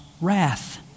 wrath